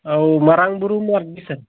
ଆଉ ମରାଙ୍ଗପୁର୍ ମର୍ଜି ସେନ୍